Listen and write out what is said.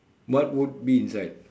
what would be inside